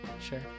sure